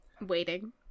waiting